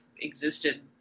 existed